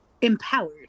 empowered